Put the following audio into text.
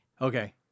Okay